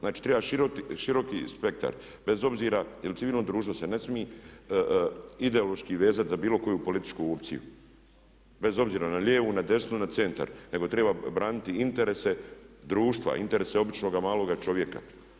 Znači treba široki spektar bez obzira jer civilno društvo se ne smije ideološki vezati za bilo koju političku opciju bez obzira na lijevu, na desnu, na centar nego treba braniti interese društva, interese običnoga maloga čovjeka.